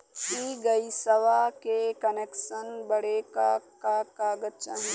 इ गइसवा के कनेक्सन बड़े का का कागज चाही?